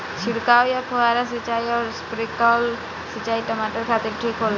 छिड़काव या फुहारा सिंचाई आउर स्प्रिंकलर सिंचाई टमाटर खातिर ठीक होला?